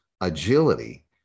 agility